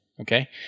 Okay